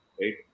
Right